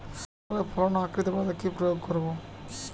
পটলের ফলন ও আকৃতি বাড়াতে কি প্রয়োগ করব?